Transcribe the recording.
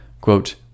quote